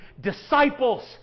disciples